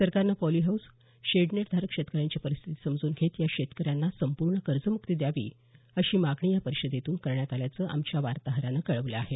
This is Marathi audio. सरकारने या पॉलीहाऊस शेडनेटधारक शेतकऱ्यांची परिस्थिती समजून घेत या शेतकऱ्यांना संपूर्ण कर्जमुक्ती द्यावी अशी मागणी या परिषदेतून करण्यात आल्याचं आमच्या वार्ताहरानं कळवलं आहे